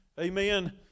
Amen